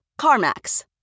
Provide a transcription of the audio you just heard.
carmax